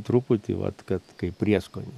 truputį vat kad kaip prieskonis